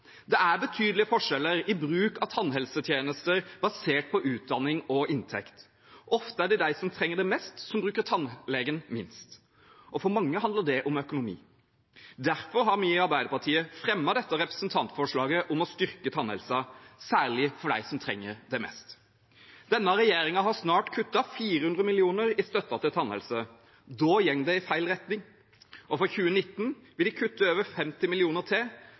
Det er betydelige forskjeller i bruk av tannhelsetjenester basert på utdanning og inntekt. Ofte er det dem som trenger det mest, som bruker tannlegen minst, og for mange handler det om økonomi. Derfor har vi i Arbeiderpartiet fremmet dette representantforslaget om å styrke tannhelsen, særlig for dem som trenger det mest. Denne regjeringen har snart kuttet 400 mill. kr i støtten til tannhelse. Da går det i feil retning. For 2019 vil de kutte over 50 mill. kr til,